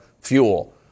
fuel